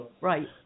Right